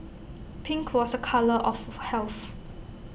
pink was A colour of health